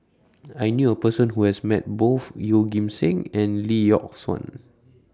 I knew A Person Who has Met Both Yeoh Ghim Seng and Lee Yock Suan